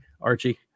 Archie